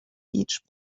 each